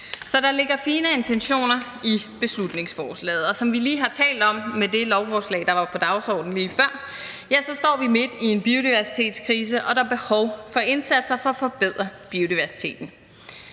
Så der ligger fine intentioner i beslutningsforslaget, og som vi lige har talt om med det lovforslag, der var på dagsordenen lige før, så står vi midt i en biodiversitetskrise, og der er behov for indsatser for at forbedre biodiversiteten.